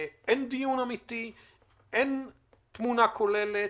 אין דיון אמיתי ואין תמונה כוללת.